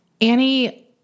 Annie